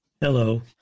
Hello